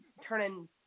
turning